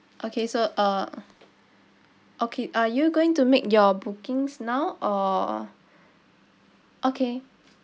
okay so uh okay are you going to make your bookings now or okay